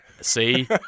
see